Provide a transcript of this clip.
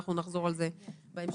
אנחנו נחזור לזה בהמשך.